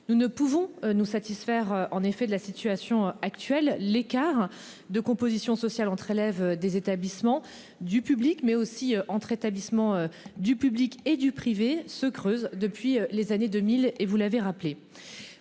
Nous ne pouvons nous satisfaire en effet de la situation actuelle. L'écart de composition sociale entre élèves des établissements du public mais aussi entre établissements du public et du privé se creuse depuis les années 2000 et vous l'avez rappelé.